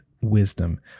wisdom